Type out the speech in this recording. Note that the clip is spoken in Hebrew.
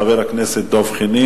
חבר הכנסת דב חנין,